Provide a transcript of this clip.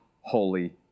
holy